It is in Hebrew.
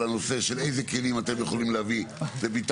על הנושא של איזה כלים אתם יכולים להביא לביטחון,